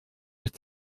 ist